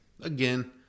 Again